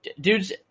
Dudes